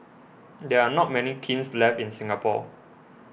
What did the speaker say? there are not many kilns left in Singapore